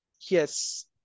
Yes